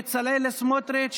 בצלאל סמוטריץ',